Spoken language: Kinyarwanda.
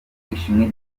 ishimwe